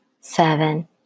seven